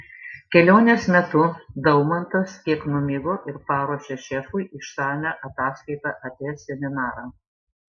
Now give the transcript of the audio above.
kelionės metu daumantas kiek numigo ir paruošė šefui išsamią ataskaitą apie seminarą